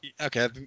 okay